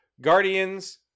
Guardians